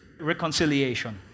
reconciliation